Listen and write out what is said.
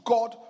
God